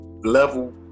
level